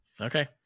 Okay